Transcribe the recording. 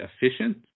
efficient